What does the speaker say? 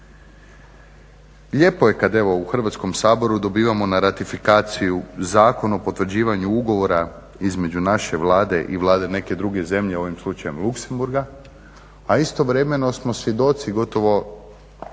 Lijepo je kada evo u Hrvatskom saboru dobivamo na ratifikaciju Zakon o potvrđivanju Ugovora između naše Vlade i vlade neke druge zemlje, ovim slučajem Luxemburga. A istovremeno smo svjedoci gotovo